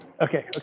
okay